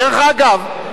דרך אגב,